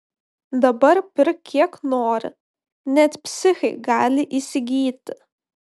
dabar pirk kiek nori net psichai gali įsigyti